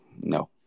no